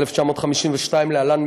התשי"ב 1952 (להלן,